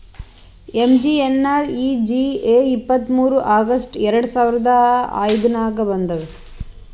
MGNREGA ಇಪ್ಪತ್ತ್ಮೂರ್ August ಎರಡು ಸಾವಿರದ ಐಯ್ದುರ್ನಾಗ್ ಬಂತು